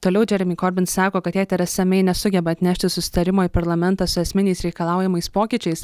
toliau džeremi korbin sako kad jei teresa mey nesugeba atnešti susitarimo į parlamentą su esminiais reikalaujamais pokyčiais